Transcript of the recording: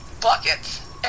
Buckets